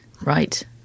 Right